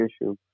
issue